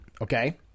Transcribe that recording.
Okay